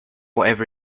whatever